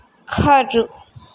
ખરું